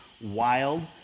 wild